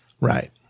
Right